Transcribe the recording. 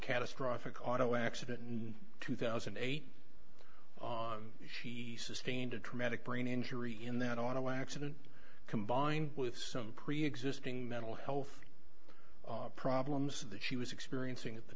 catastrophic auto accident in two thousand and eight she sustained a traumatic brain injury in that auto accident combined with some preexisting mental health problems that she was experiencing at the